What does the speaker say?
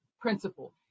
principle